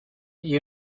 you